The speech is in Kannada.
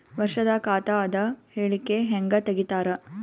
ವರ್ಷದ ಖಾತ ಅದ ಹೇಳಿಕಿ ಹೆಂಗ ತೆಗಿತಾರ?